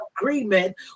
agreement